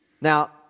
Now